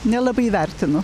nelabai vertinu